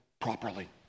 properly